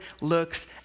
looks